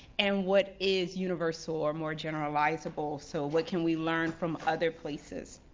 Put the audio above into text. and what is universal or more generalizable? so what can we learn from other places?